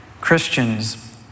Christians